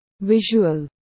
visual